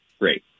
great